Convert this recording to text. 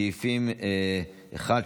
סעיפים 1,